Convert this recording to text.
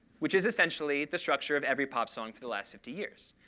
which is essentially the structure of every pop song for the last fifty years.